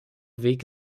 weg